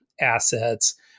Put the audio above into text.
assets